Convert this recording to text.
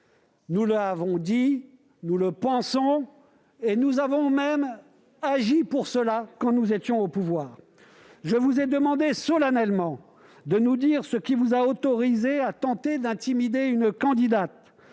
nous le pensons, nous le disons, et nous l'avons fait quand nous étions au pouvoir. Je vous ai demandé solennellement de nous dire ce qui vous a autorisé à tenter d'intimider une candidate,